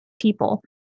people